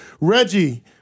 Reggie